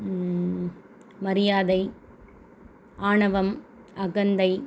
மரியாதை ஆணவம் அகந்தை